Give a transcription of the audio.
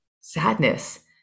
sadness